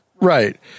Right